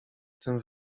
tym